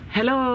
Hello